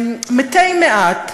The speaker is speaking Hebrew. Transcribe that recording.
מתי מעט,